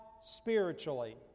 spiritually